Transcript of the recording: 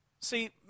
See